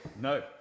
No